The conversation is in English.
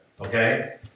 Okay